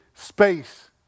Space